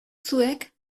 zuek